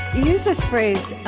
use this phrase,